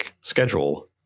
schedule